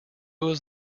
was